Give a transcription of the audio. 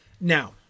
Now